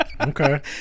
Okay